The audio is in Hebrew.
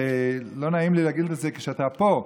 לא נעים לי להגיד את זה כשאתה פה,